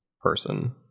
person